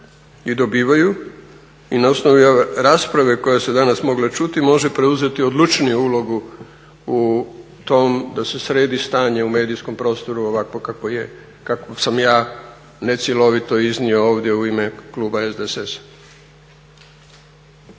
i dobivaju i na osnovi ove rasprave koja se danas mogla čuti, može preuzeti odlučniju ulogu u tom da se sredi stanje u medijskom prostoru ovakvo kakvo je, kakvog sam ja necjelovito iznio ovdje u ime kluba SDSS-a.